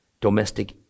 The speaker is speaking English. domestic